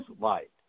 light